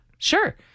Sure